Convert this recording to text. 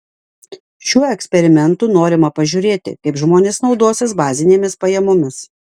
šiuo eksperimentu norima pažiūrėti kaip žmonės naudosis bazinėmis pajamomis